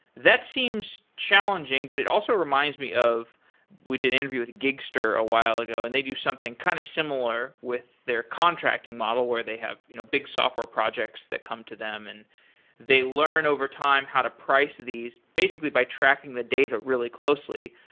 that seems challenging, but it also reminds me of we did an interview with gigster a while ago, and they do something kind of similar with their contracting model where they have you know big software projects that come to them, and they learn overtime how to price these basically by tracking the data really closely.